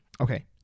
Okay